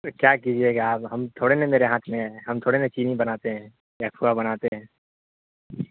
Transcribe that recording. کیا کیجیے گا اب ہم تھوڑا ہی نا میرے ہاتھ میں ہے ہم تھوڑا ہی نا چینی بناتے ہیں یا کھوا بناتے ہیں